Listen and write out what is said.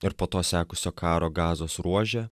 ir po to sekusio karo gazos ruože